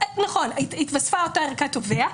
נכון, התווספה אותה ארכת תובע.